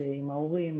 עם ההורים,